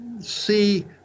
see